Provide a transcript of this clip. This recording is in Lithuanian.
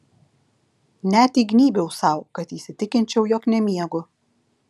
net įgnybiau sau kad įsitikinčiau jog nemiegu